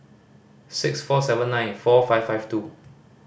six four seven nine four five five two